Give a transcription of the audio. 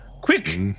quick